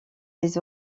les